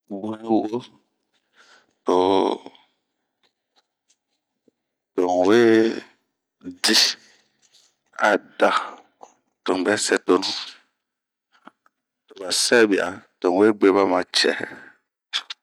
Bunh yi wo to ,to n'we dii,a daa, to n'bɛ sɛtonu, to ba sɛbia ,to n'we gueba ma cɛɛ.